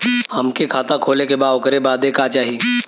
हमके खाता खोले के बा ओकरे बादे का चाही?